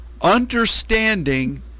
understanding